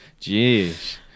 Jeez